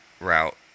route